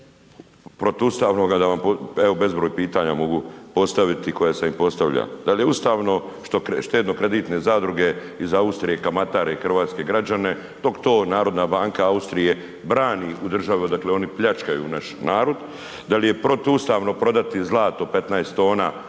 protuustavnog, evo bezbroj pitanja mogu postaviti koja sam i postavljao. Da li je ustavno što štedno kreditne zadruge iz Austrije kamatare hrvatske građane dok to Narodna banka Austrije brani državu odakle oni pljačkaju naš narod, da li je protuustavno prodati zlato 15 tona